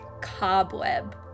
cobweb